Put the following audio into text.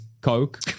Coke